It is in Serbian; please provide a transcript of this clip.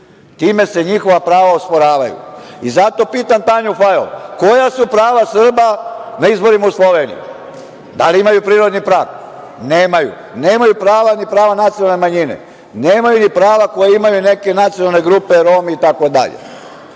Time se njihova prava osporavaju. Zato pitam Tanju Fajon, koja su prava Srba na izborima u Sloveniji? Da li imaju prirodni prag? Nemaju. Nemaju prava, ni prava nacionalne manjine, nemaju ni prava koja imaju neke nacionalne grupe Romi, itd.